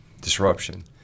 disruption